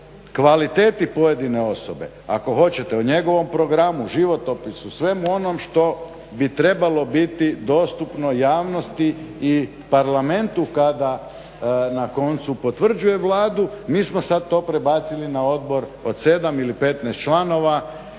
kvaliteti pojedine osobe, ako hoćete o njegovom programu, životopisu, svemu onom što bi trebalo biti dostupno javnosti i Parlamentu kada na koncu potvrđuje Vladu mi smo sad to prebacili na odbor od 7 ili 15 članova,